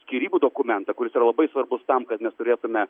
skyrybų dokumentą kuris yra labai svarbus tam kad mes turėtume